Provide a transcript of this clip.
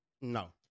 No